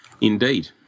indeed